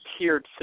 tiered